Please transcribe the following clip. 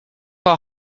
our